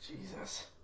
Jesus